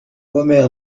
omer